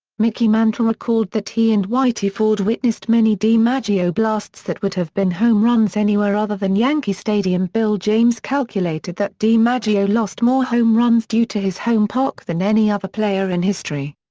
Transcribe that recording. mickey mantle recalled that he and whitey ford witnessed many dimaggio blasts that would have been home runs anywhere other than yankee stadium. bill james calculated that dimaggio lost more home runs due to his home park than any other player in history.